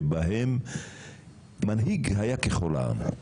שבהם מנהיג היה ככל העם,